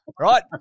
right